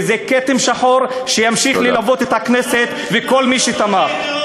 וזה כתם שחור שימשיך ללוות את הכנסת ואת כל מי שתמך בו.